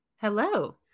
Hello